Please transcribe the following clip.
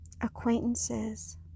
acquaintances